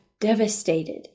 devastated